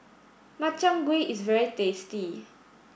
Makchang Gui is very tasty